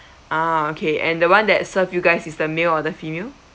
ah okay and the one that serve you guys is the male or the female